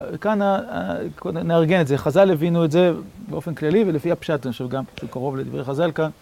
כאן נארגן את זה. חז"ל הבינו את זה באופן כללי ולפי הפשטון, שזה קרוב לדברי חז"ל כאן.